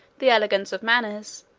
the elegance of manners,